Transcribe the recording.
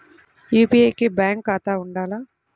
UPI కి bank ఖాతా ఉండాల?